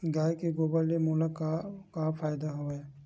गाय के गोबर ले मोला का का फ़ायदा हवय?